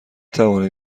توانید